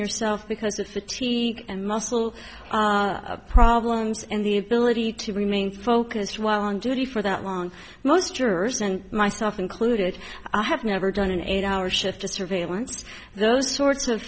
yourself because of the t and muscle problems and the ability to remain focused while on duty for that long most jurors and myself included i have never done an eight hour shift a surveillance those sorts of